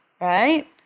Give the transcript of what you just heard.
right